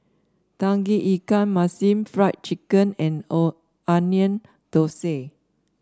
Tauge Ikan Masin Fried Chicken and O Onion Thosai